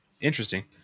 Interesting